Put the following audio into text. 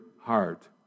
heart